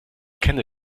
kenne